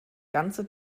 ganze